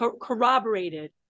corroborated